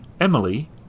Emily